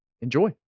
Enjoy